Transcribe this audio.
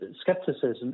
skepticism